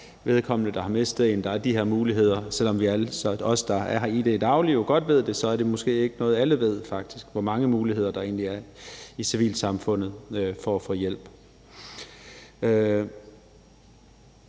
vedkommende, der har mistet en, at der er de her muligheder. For selv om alle vi, der er i det i det daglige, jo godt ved det, så er det måske ikke alle, der ved, hvor mange muligheder der egentlig er i civilsamfundet for at få hjælp.